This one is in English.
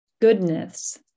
goodness